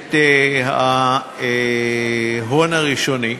את ההון הראשוני.